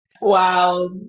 Wow